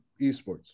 esports